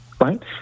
right